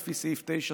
לפי סעיף 9(5)